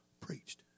preached